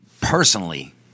personally –